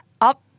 up